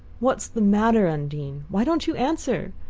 what's the matter. undine? why don't you answer?